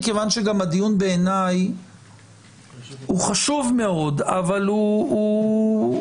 מכיוון שבעיניי הדיון הוא חשוב מאוד אבל גם